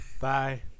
Bye